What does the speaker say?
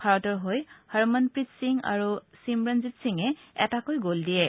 ভাৰতৰ হৈ হৰমনপ্ৰীত সিং আৰু ছিমৰনজিত সিঙে এটাকৈ গ'ল দিয়ে